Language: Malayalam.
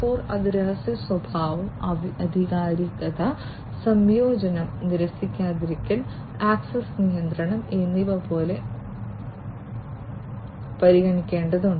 0 അത് രഹസ്യസ്വഭാവം ആധികാരികത സംയോജനം നിരസിക്കാതിരിക്കൽ ആക്സസ് നിയന്ത്രണം എന്നിവ പോലെ പരിഗണിക്കേണ്ടതുണ്ട്